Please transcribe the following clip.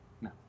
No